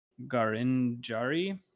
Garinjari